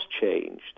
changed